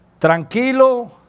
Tranquilo